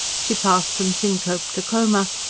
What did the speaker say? she passed from syncope to coma,